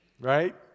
right